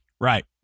Right